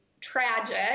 tragic